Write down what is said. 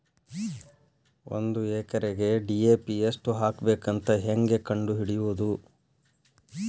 ಒಂದು ಎಕರೆಗೆ ಡಿ.ಎ.ಪಿ ಎಷ್ಟು ಹಾಕಬೇಕಂತ ಹೆಂಗೆ ಕಂಡು ಹಿಡಿಯುವುದು?